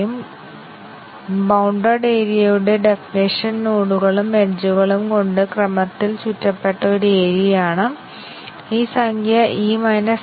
നമുക്ക് 1 2 3 4 5 ഉള്ള മറ്റൊരു ഉദാഹരണം നോക്കാം 5 ടെസ്റ്റ് കേസുകൾ ക്ഷമിക്കണം 5 ബേസിക് വ്യവസ്ഥകൾ